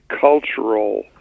cultural